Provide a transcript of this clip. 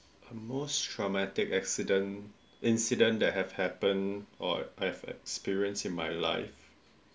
the most traumatic accident incident that have happen or I have experience in my life